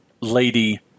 Lady